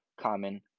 common